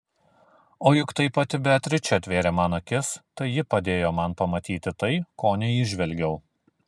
o juk tai pati beatričė atvėrė man akis tai ji padėjo man pamatyti tai ko neįžvelgiau